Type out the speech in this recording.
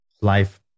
life